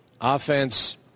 Offense